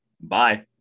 Bye